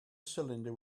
cylinder